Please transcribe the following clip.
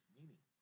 meaning